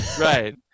Right